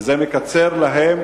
וזה מקצר להם,